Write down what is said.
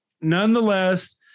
nonetheless